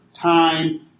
time